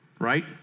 Right